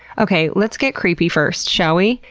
okay. let's get creepy first, shall we?